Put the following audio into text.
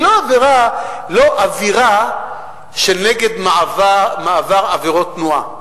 לא אווירה של נגד מעבר עבירות תנועה.